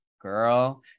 girl